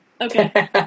Okay